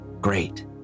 great